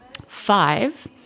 Five